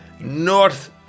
north